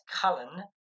Cullen